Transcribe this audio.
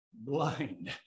Blind